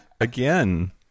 again